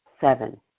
seven